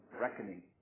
reckoning